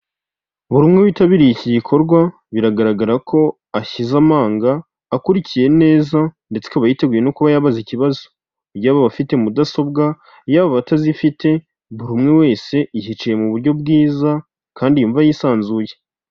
Buri umwe witabiriye iki gikorwa biragaragara ko ashize amanga akurikiye neza ndetse akaba yiteguye no kuba yabaza ikibazo yaba abafite mudasobwa, yaba abatazifite, buri umwe wese yicaye mu buryo bwiza kandi yumva yisanzuye.